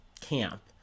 camp